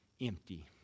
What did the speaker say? empty